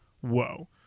Whoa